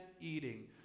eating